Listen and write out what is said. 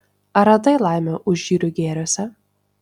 ar radai laimę užjūrių gėriuose